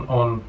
on